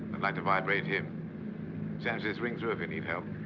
i'd like to vibrate him. sam says ring through if you need help.